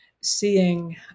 seeing